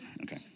Okay